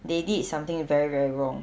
they did something very very wrong